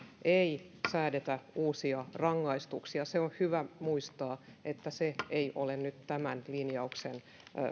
ei säädetä uusia rangaistuksia se on hyvä muistaa että se ei ole nyt tämän lin jauksen